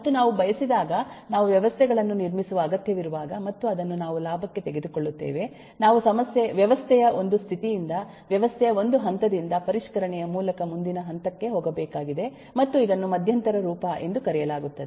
ಮತ್ತು ನಾವು ಬಯಸಿದಾಗ ನಾವು ವ್ಯವಸ್ಥೆಗಳನ್ನು ನಿರ್ಮಿಸುವ ಅಗತ್ಯವಿರುವಾಗ ಮತ್ತು ಅದನ್ನು ನಾವು ಲಾಭಕ್ಕೆ ತೆಗೆದುಕೊಳ್ಳುತ್ತೇವೆ ನಾವು ವ್ಯವಸ್ಥೆಯ ಒಂದು ಸ್ಥಿತಿಯಿಂದ ವ್ಯವಸ್ಥೆಯ ಒಂದು ಹಂತದಿಂದ ಪರಿಷ್ಕರಣೆಯ ಮೂಲಕ ಮುಂದಿನ ಹಂತಕ್ಕೆ ಹೋಗಬೇಕಾಗಿದೆ ಮತ್ತು ಇದನ್ನು ಮಧ್ಯಂತರ ರೂಪ ಎಂದು ಕರೆಯಲಾಗುತ್ತದೆ